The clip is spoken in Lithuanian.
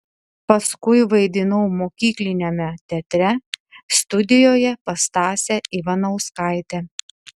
paskui vaidinau mokykliniame teatre studijoje pas stasę ivanauskaitę